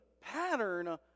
pattern